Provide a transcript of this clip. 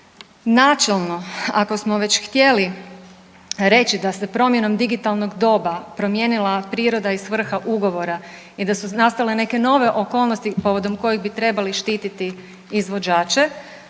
Načelno ako smo već htjeli reći da se promjenom digitalnog doba promijenila priroda i svrha ugovora i da su nastale neke nove okolnosti povodom kojih bi trebali štititi izvođače,